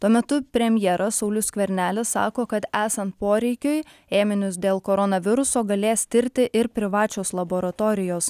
tuo metu premjeras saulius skvernelis sako kad esant poreikiui ėminius dėl koronaviruso galės tirti ir privačios laboratorijos